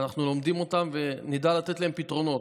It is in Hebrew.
ואנחנו לומדים אותן ונדע לתת להן פתרונות.